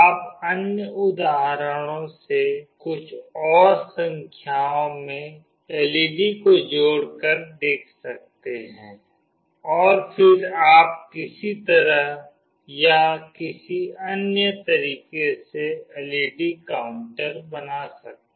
आप अन्य उदाहरणों से कुछ और संख्याओं में एलईडी को जोड़कर देख सकते हैं और फिर आप किसी तरह या किसी अन्य तरीके से एलईडी काउंटर बना सकते हैं